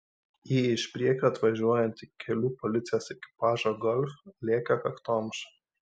į iš priekio atvažiuojantį kelių policijos ekipažą golf lėkė kaktomuša